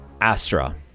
Astra